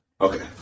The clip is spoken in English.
Okay